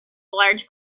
large